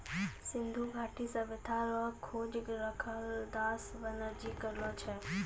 सिन्धु घाटी सभ्यता रो खोज रखालदास बनरजी करलो छै